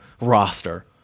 roster